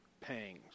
pangs